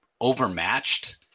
overmatched